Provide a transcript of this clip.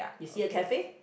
you see a cafe